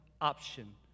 option